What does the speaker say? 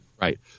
Right